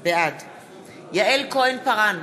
בעד יעל כהן-פארן,